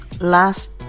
last